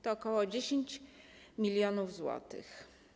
To ok. 10 mln zł.